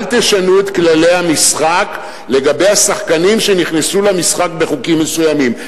אל תשנו את כללי המשחק לגבי השחקנים שנכנסו למשחק בחוקים מסוימים.